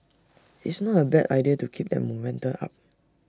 it's not A bad idea to keep that momentum up